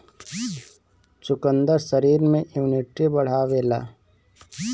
चुकंदर शरीर में इमुनिटी बढ़ावेला